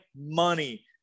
money